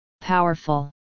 Powerful